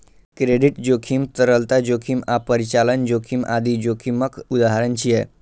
credit जोखिम, तरलता जोखिम आ परिचालन जोखिम आदि जोखिमक उदाहरण छियै